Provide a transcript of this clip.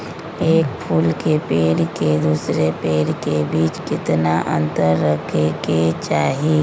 एक फुल के पेड़ के दूसरे पेड़ के बीज केतना अंतर रखके चाहि?